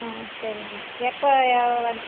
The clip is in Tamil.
ஆ சரிங்க எப்போ ஏ வ